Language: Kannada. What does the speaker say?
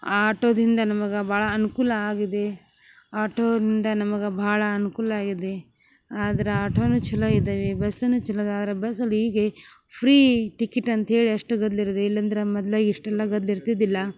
ಆಟೋದಿಂದ ನಮಗೆ ಭಾಳ ಅನುಕೂಲ ಆಗಿದೆ ಆಟೋಯಿಂದ ನಮಗೆ ಭಾಳ ಅನುಕೂಲ ಆಗಿದೆ ಆದ್ರ ಆಟೋನು ಛಲೋ ಇದ್ದಾವೆ ಬಸ್ಸನು ಚಲೋ ಅದ ಆರ ಬಸ್ಸಲ್ಲಿ ಹೀಗೆ ಫ್ರೀ ಟಿಕಿಟ್ ಅಂತ್ಹೇಳಿ ಅಷ್ಟು ಗದ್ಲ ಇರದು ಇಲ್ಲಂದ್ರ ಮದ್ಲಾಗ ಇಷ್ಟೆಲ್ಲ ಗದ್ಲ ಇರ್ತಿದ್ದಿಲ್ಲ